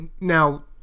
now